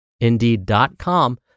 indeed.com